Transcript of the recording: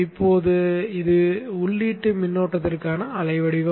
இப்போது இது உள்ளீட்டு மின்னோட்டத்திற்கான அலை வடிவம்